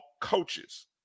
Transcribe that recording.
coaches